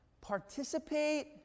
participate